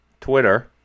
Twitter